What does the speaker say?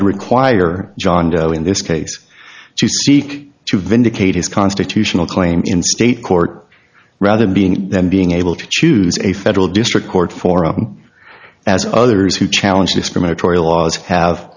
would require john doe in this case to seek to vindicate his constitutional claim in state court rather being then being able to choose a federal district court for him as others who challenge discriminatory laws have